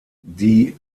die